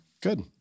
Good